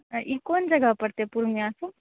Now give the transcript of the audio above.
आ ई कोन जगह पड़तै पूर्णियाँ से